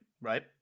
right